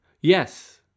Yes